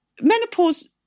menopause